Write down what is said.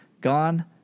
Gone